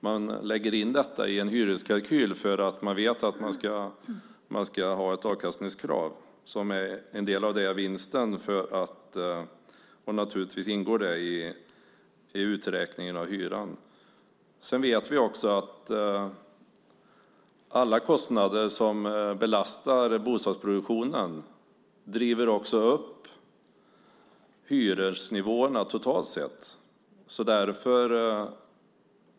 Man lägger in det i en hyreskalkyl för att man vet att man ska ha ett avkastningskrav, som är en del av vinsten. Det ingår i uträkningen av hyran. Vi vet att alla kostnader som belastar bostadsproduktionen också driver upp hyresnivåerna totalt sett.